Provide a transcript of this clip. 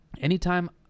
Anytime